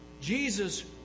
Jesus